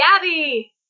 Gabby